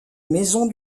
maison